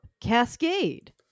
Cascade